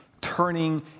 turning